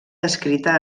descrita